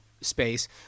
space